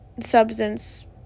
substance